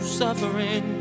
suffering